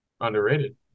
Underrated